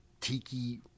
tiki